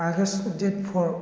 August date four